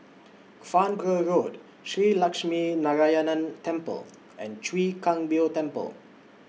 Farnborough Road Shree Lakshminarayanan Temple and Chwee Kang Beo Temple